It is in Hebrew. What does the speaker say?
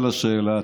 על השאלה.